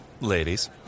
ladies